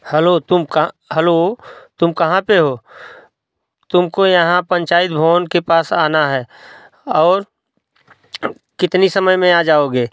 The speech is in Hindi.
हेलो तुम हेलो तुम कहाँ पे हो तुमको यहाँ पंचायत भवन के पास आना है और कितनी समय में आ जाओगे